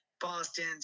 Boston